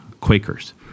Quakers